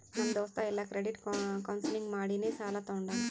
ನಮ್ ದೋಸ್ತ ಎಲ್ಲಾ ಕ್ರೆಡಿಟ್ ಕೌನ್ಸಲಿಂಗ್ ಮಾಡಿನೇ ಸಾಲಾ ತೊಂಡಾನ